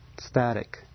static